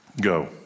Go